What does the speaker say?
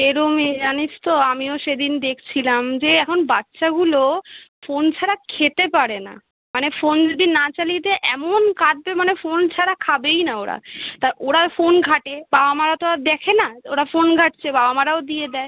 এ রুমি জানিস তো আমিও সেদিন দেখছিলাম যে এখন বাচ্চাগুলো ফোন ছাড়া খেতে পারে না মানে ফোন যদি না চালিয়ে দেয় এমন কাঁদবে মানে ফোন ছাড়া খাবেই না ওরা তা ওরা ফোন ঘাঁটে বাবা মারা তো আর দেখে না ওরা ফোন ঘাঁটছে বাবা মারাও দিয়ে দেয়